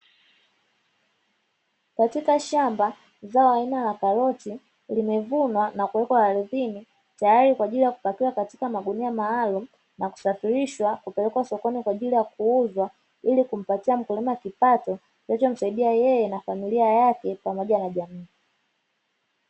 Katika shamba zao aina ya karoti limevunwa na kuwekwa ardhini tayari kwa ajili ya kupakiwa katika magunia maalumu na kusafirishwa kupelekwa sokoni kwa ajili ya kuuzwa ili kumpatia mkulima kipato kinachomsadia yeye na familia yake pamoja na jamii.